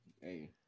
Hey